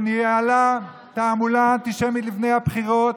שניהלה תעמולה אנטישמית לפני הבחירות,